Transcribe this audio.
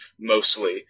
mostly